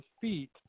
feet